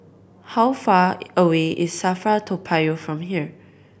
how far away is SAFRA Toa Payoh from here